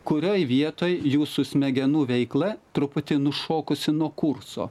kurioj vietoj jūsų smegenų veikla truputį nušokusi nuo kurso